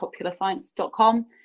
Popularscience.com